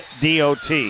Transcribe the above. DOT